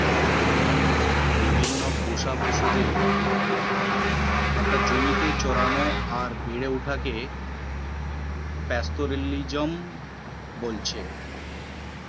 বিভিন্ন পোষা পশুদের একটো জমিতে চরানো আর বেড়ে ওঠাকে পাস্তোরেলিজম বলতেছে